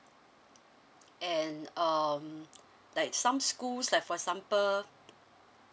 and um like some schools like for example